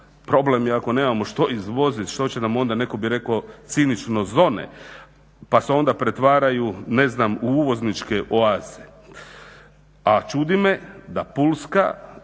Problem je ako nemamo što izvoziti, što će nam onda neko bi rekao cinično zone, pa se onda pretvaraju u uvozničke oaze. A čudi me da ova Pulska